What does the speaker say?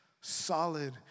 solid